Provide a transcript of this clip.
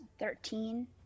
Thirteen